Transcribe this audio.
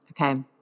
Okay